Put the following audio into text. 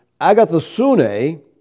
agathosune